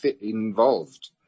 involved